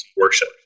worship